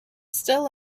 still